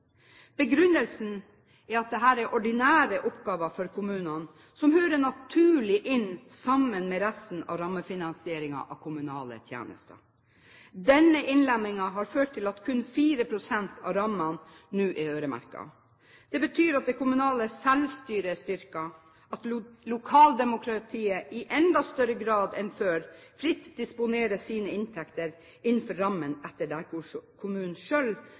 Begrunnelsen er at dette er ordinære oppgaver for kommunene, som hører naturlig inn sammen med resten av rammefinansieringen av kommunale tjenester. Denne innlemmingen har ført til at kun 4 pst. av rammene nå er øremerket. Det betyr at det kommunale selvstyret er styrket, at lokaldemokratiet i enda større grad enn før fritt disponerer sine inntekter innenfor rammene der